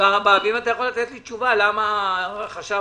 אגף החשב